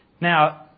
Now